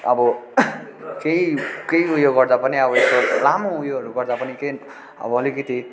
अब केही केही ऊ यो गर्दा पनि अब लामो उयोहरू गर्दा पनि केही अब अलिकति